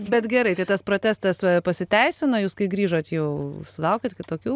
bet gerai tai tas protestas pasiteisino jūs kai grįžot jau sulaukėt kitokių